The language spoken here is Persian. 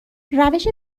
روش